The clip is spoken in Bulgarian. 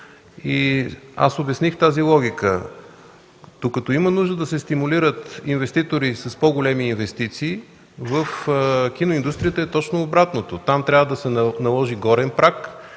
и аз обясних тази логика. Докато има нужда да се стимулират инвеститори с по-големи инвестиции, в киноиндустрията е точно обратното – там трябва да се наложи горен праг